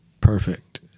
perfect